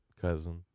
cousin